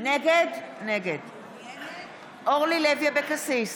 נגד אורלי לוי אבקסיס,